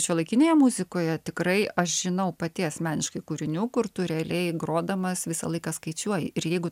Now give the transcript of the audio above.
šiuolaikinėje muzikoje tikrai aš žinau pati asmeniškai kūrinių kur tu realiai grodamas visą laiką skaičiuoji ir jeigu